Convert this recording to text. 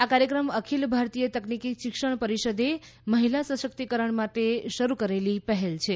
આ કાર્યક્રમ અખિલ ભારતીય તકનીકી શિક્ષણ પરિષદે મહિમા સશક્તિકરણ માટે શરૂ કરેલી પહેલ છે